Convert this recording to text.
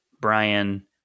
Brian